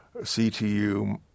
CTU